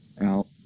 out